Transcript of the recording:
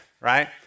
right